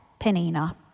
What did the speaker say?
Penina